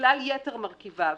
בגלל יתר מרכיביו.